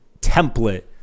template